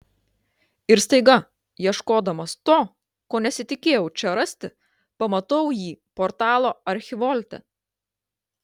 ir staiga ieškodamas to ko nesitikėjau čia rasti pamatau jį portalo archivolte